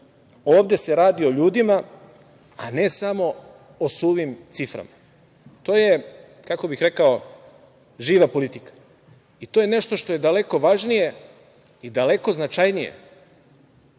ovde se radi o ljudima a ne samo o suvim ciframa. To je, kako bih rekao, živa politika i to je nešto što je daleko važnije i daleko značajnije